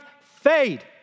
fade